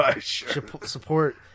support